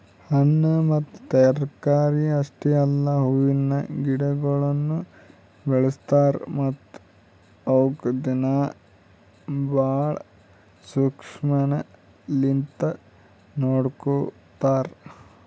ಹಣ್ಣ ಮತ್ತ ತರಕಾರಿ ಅಷ್ಟೆ ಅಲ್ಲಾ ಹೂವಿನ ಗಿಡಗೊಳನು ಬೆಳಸ್ತಾರ್ ಮತ್ತ ಅವುಕ್ ದಿನ್ನಾ ಭಾಳ ಶುಕ್ಷ್ಮಲಿಂತ್ ನೋಡ್ಕೋತಾರ್